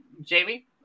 Jamie